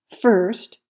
First